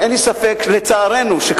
לצערנו,